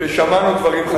שמענו דברים חשובים.